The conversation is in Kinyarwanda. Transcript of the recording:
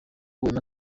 wema